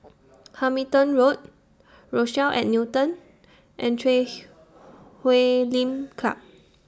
Hamilton Road Rochelle At Newton and Chui Huay Lim Club